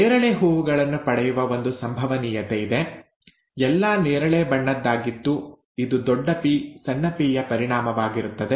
ನೇರಳೆ ಹೂವುಗಳನ್ನು ಪಡೆಯುವ ಒಂದು ಸಂಭವನೀಯತೆ ಇದೆ ಎಲ್ಲಾ ನೇರಳೆ ಬಣ್ಣದ್ದಾಗಿತ್ತು ಇದು ದೊಡ್ಡ ಪಿ ಸಣ್ಣ ಪಿ ಯ ಪರಿಣಾಮವಾಗಿರುತ್ತದೆ